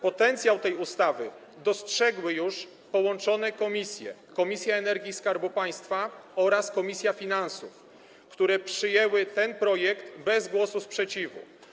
Potencjał tej ustawy dostrzegły już połączone komisje, Komisja do Spraw Energii i Skarbu Państwa oraz Komisja Finansów Publicznych, które przyjęły ten projekt bez głosu sprzeciwu.